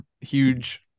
huge